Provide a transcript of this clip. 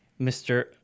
Mr